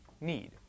need